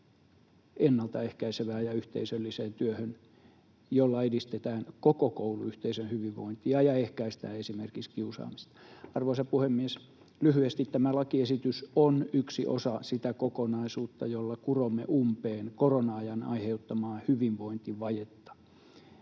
ennalta ehkäisevään ja yhteisölliseen työhön, jolla edistetään koko kouluyhteisön hyvinvointia ja ehkäistään esimerkiksi kiusaamista. Arvoisa puhemies! Lyhyesti: tämä lakiesitys on yksi osa sitä kokonaisuutta, jolla kuromme umpeen korona-ajan aiheuttamaa hyvinvointivajetta,